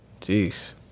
Jeez